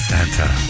Santa